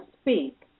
speak